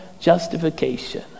justification